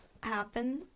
happen